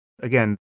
Again